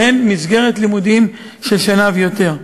שהן מסגרת לימודים של שנה ויותר.